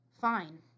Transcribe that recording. fine